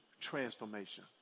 transformation